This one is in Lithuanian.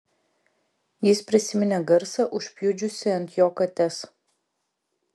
jis prisiminė garsą užpjudžiusį ant jo kates